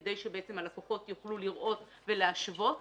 כדי שהלקוחות יוכלו לראות ולהשוות